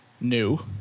New